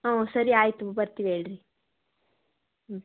ಊಂ ಸರಿ ಆಯಿತು ಬರ್ತೀವಿ ಹೇಳ್ರಿ ಹ್ಞೂ